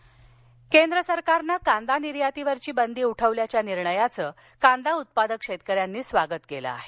कांदा केंद्र सरकारनं कांदा निर्यातीवरची बंदी उठवल्याच्या निर्णयाचं कांदा उत्पादक शेतकऱ्यांनी स्वागत केलं आहे